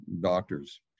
doctors